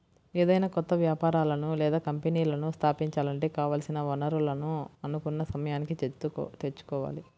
ఏదైనా కొత్త వ్యాపారాలను లేదా కంపెనీలను స్థాపించాలంటే కావాల్సిన వనరులను అనుకున్న సమయానికి తెచ్చుకోవాలి